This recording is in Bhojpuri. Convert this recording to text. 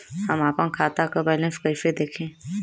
हम आपन खाता क बैलेंस कईसे देखी?